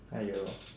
!aiyo!